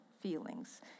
feelings